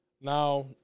Now